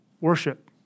worship